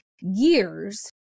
years